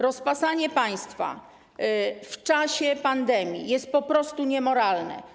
Rozpasanie państwa w czasie pandemii jest po prostu niemoralne.